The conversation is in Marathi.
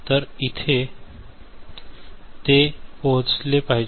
तर इथे ते पोहोचले पाहिजे